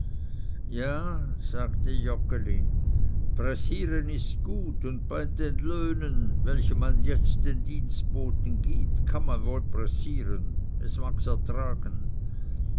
ja sagte joggeli pressieren ist gut und bei den löhnen welche man jetzt den dienstboten gibt kann man wohl pressieren es mags ertragen